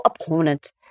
opponent